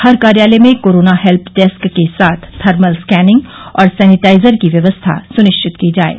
हर कार्यालय में corona help desk के साथ थर्मल स्कैनिंग और सैनिटाइजर की व्यवस्था सुनिश्चित की जाये